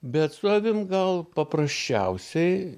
bet su avim gal paprasčiausiai